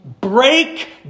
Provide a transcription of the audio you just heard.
Break